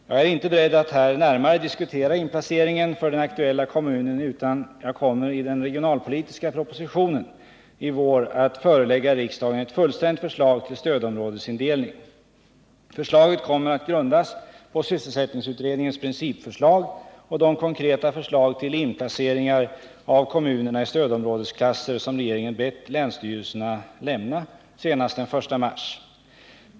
Jag är inte beredd att här närmare diskutera inplaceringen för den aktuella kommunen utan jag kommer i den regionalpolitiska propositionen i vår att förelägga riksdagen ett fullständigt förslag till stödområdesindelning. Förslaget kommer att grundas på sysselsättningsut redningens principförslag och de konkreta förslag till inplaceringar av kommunerna i stödområdesklasser som regeringen bett länsstyrelserna lämna senast den 1 mars.